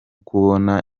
kubona